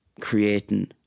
creating